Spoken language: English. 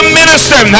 minister